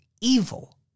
evil